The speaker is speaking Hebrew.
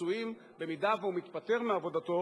פיצויים אם הוא מתפטר מעבודתו